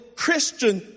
Christian